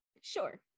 Sure